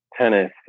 tennis